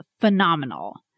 phenomenal